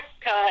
cut